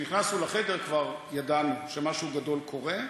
כשנכנסנו לחדר כבר ידענו שמשהו גדול קורה.